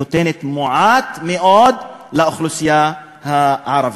נותנת מעט מאוד לאוכלוסייה הערבית.